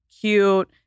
cute